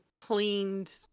cleaned